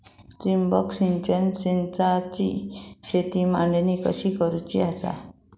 ठिबक सिंचन संचाची शेतात मांडणी कशी करुची हा?